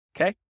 Okay